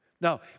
Now